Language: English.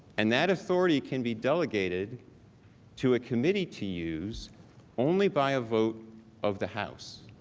and that authority can be delegated to a committee to use only by a vote of the house.